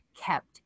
kept